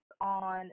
on